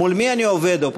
מול מי אני עובד, אופוזיציה?